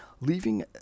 leaving